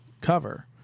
cover